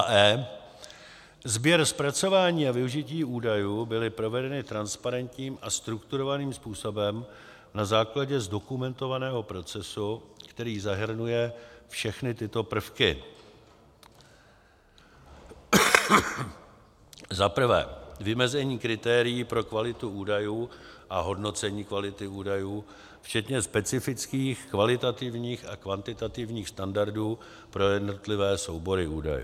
e) sběr, zpracování a využití údajů byly provedeny transparentním a strukturovaným způsobem na základě zdokumentovaného procesu, který zahrnuje všechny tyto prvky: 1. vymezení kritérií pro kvalitu údajů a hodnocení kvality údajů, včetně specifických kvalitativních a kvantitativních standardů pro jednotlivé soubory údajů;